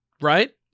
Right